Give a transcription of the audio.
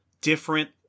different